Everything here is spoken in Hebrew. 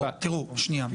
לא, תראו, שנייה.